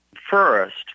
First